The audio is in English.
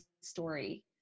story